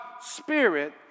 spirit